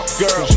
girl